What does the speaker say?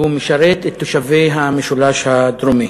והוא משרת את תושבי המשולש הדרומי.